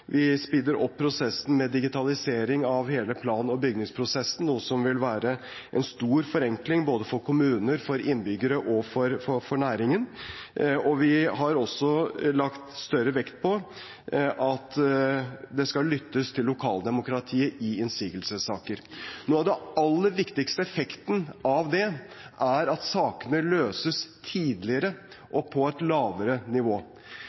Vi speeder opp prosessen med digitalisering av hele plan- og bygningsprosessen, noe som vil være en stor forenkling både for kommuner, for innbyggere og for næringen. Vi har også lagt større vekt på at det skal lyttes til lokaldemokratiet i innsigelsessaker. Den aller viktigste effekten av det er at sakene løses tidligere og på et lavere nivå.